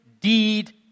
deed